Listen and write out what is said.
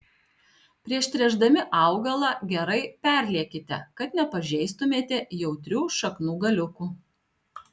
prieš tręšdami augalą gerai perliekite kad nepažeistumėte jautrių šaknų galiukų